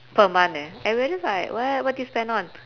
per month eh everyone just like what what did you spend on